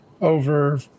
over